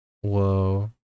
Whoa